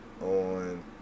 on –